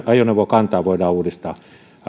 ajoneuvokantaa voidaan uudistaa